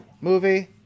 Movie